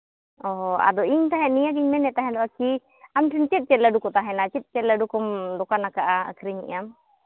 ᱚ ᱟᱫᱚ ᱤᱧ ᱛᱟᱦᱮᱸᱫ ᱱᱤᱭᱟᱹᱜᱤᱧ ᱢᱮᱱᱮᱫ ᱛᱟᱦᱮᱱᱚᱜ ᱠᱤ ᱟᱢ ᱴᱷᱮᱱ ᱪᱮᱫ ᱪᱮᱫ ᱞᱟᱹᱰᱩ ᱠᱚ ᱛᱟᱦᱮᱱᱟ ᱪᱮᱫ ᱪᱮᱫ ᱞᱟᱹᱰᱩ ᱠᱚᱢ ᱫᱚᱠᱟᱱᱟᱜᱼᱟ ᱟᱹᱠᱷᱨᱤᱧᱮᱜᱼᱟᱢ